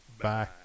Bye